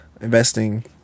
Investing